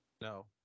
No